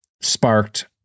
sparked